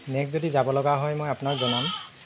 next যদি যাবলগা হয় মই আপোনাক জনাম